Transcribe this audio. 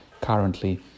Currently